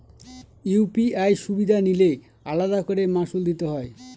UPI সুবিধা নিলে আলাদা করে মাসুল দিতে হয়?